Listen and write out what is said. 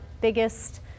biggest